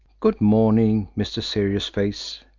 good morning, mr. serious face!